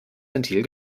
ventil